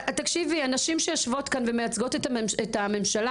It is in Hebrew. הנשים שיושבות כאן ומייצגות את הממשלה